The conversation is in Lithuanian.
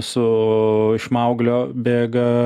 su iš mauglio bėga